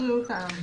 --- בצו בריאות העם.